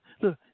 look